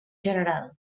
general